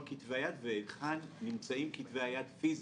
כתבי היד והיכן נמצאים כתבי היד פיזית.